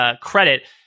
credit